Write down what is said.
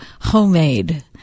homemade